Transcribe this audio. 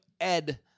Ed